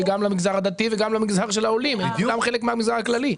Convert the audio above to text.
גם למגזר הדתי וגם למגזר העולים הם כולם חלק מהמגזר הכללי.